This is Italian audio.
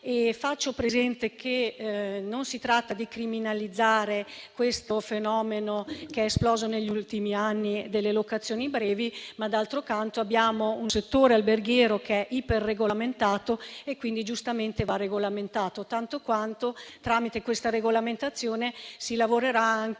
Faccio presente che non si tratta di criminalizzare il fenomeno, che è esploso negli ultimi anni, delle locazioni brevi, ma d'altro canto abbiamo un settore alberghiero che è iper-regolamentato e quindi, giustamente, va regolamentato anche questo. Tramite questa regolamentazione si lavorerà anche